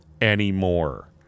anymore